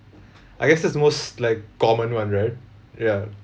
I guess it's most like common [one] right ya